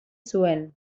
zuen